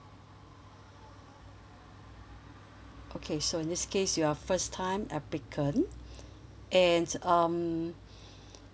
okay so in this case you're first time applicant and um